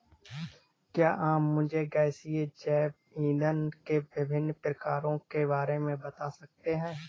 क्या आप मुझे गैसीय जैव इंधन के विभिन्न प्रकारों के बारे में बता सकते हैं?